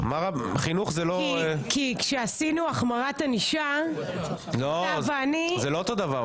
כי כשעשינו החמרת ענישה אתה ואני --- זה לא אותו דבר,